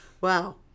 Wow